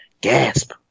gasp